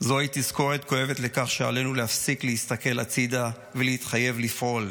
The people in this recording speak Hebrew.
זוהי תזכורת כואבת לכך שעלינו להפסיק להסתכל הצידה ולהתחייב לפעול.